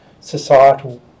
societal